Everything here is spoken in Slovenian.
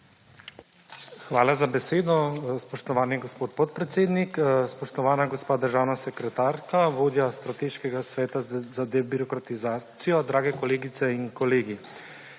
Hvala za besedo, spoštovani gospod podpredsednik. Spoštovana gospa državna sekretarka, vodja strateškega sveta za debirokratizacijo, drage kolegice in kolegi.